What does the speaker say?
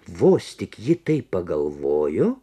vos tik ji taip pagalvojo